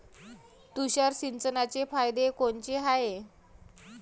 तुषार सिंचनाचे फायदे कोनचे हाये?